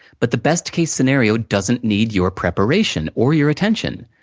but, the best case scenario doesn't need your preparation, or your attention.